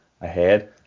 ahead